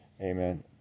amen